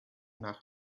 nach